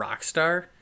Rockstar